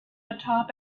atop